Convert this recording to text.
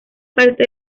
parte